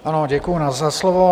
Ano, děkuji za slovo.